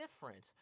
different